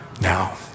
Now